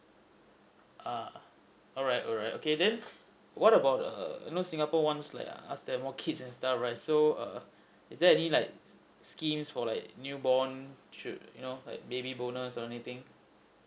uh alright alright okay then what about err you know singapore ones like have more kids and stuff right so err is there any like schemes for like newborn child~ you know like baby bonus or anything